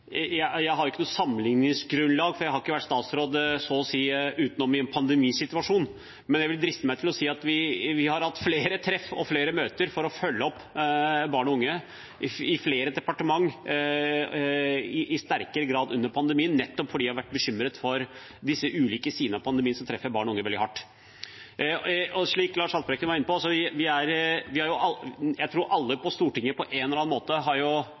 Jeg har ikke noe sammenligningsgrunnlag, for jeg har ikke vært statsråd så å si utenom i en pandemisituasjon, men jeg vil driste meg til å si at vi har hatt flere treff og flere møter for å følge opp barn og unge i flere departementer i sterkere grad under pandemien nettopp fordi vi har vært bekymret for de ulike sidene av pandemien som treffer barn og unge veldig hardt. Som representanten Haltbrekken var inne på – jeg tror alle på Stortinget på en eller annen måte har